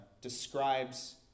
describes